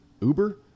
Uber